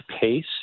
pace